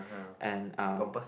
and um